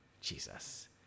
Jesus